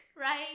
right